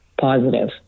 positive